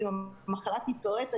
ואם המחלה תתפרץ,